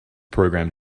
program